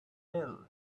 ill